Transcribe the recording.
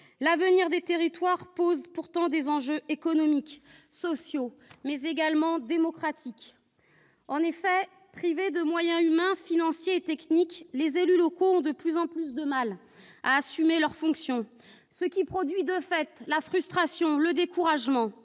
L'avenir des territoires ruraux pose pourtant des enjeux économiques, sociaux, mais également démocratiques. En effet, privés de moyens humains, financiers et techniques, les élus locaux ont de plus en plus de mal à assumer leur fonction, ce qui produit frustration et découragement.